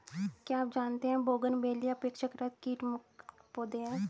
क्या आप जानते है बोगनवेलिया अपेक्षाकृत कीट मुक्त पौधे हैं?